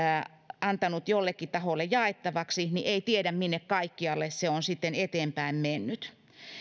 antanut jollekin taholle jaettavaksi ei tiedä minne kaikkialle se on sitten eteenpäin mennyt